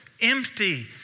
empty